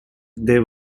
they